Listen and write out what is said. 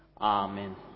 Amen